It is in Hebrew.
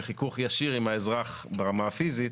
וחיכוך ישיר עם האזרח ברמה הפיזית,